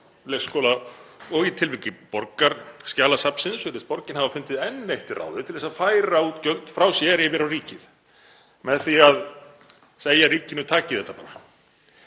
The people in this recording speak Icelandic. og í tilviki Borgarskjalasafnsins virðist borgin hafa fundið enn eitt ráðið til að færa útgjöld frá sér yfir á ríkið með því að segja við ríkið: Takið þetta bara.